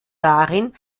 darin